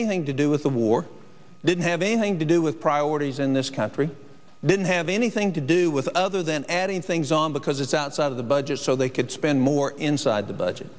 anything to do with the war didn't have anything to do with priorities in this country didn't have anything to do with other than adding things on because it's outside of the budget so they could spend more inside the budget